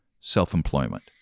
self-employment